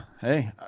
hey